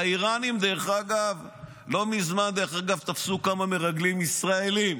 האיראנים תפסו לא מזמן כמה מרגלים ישראלים,